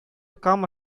кама